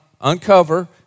uncover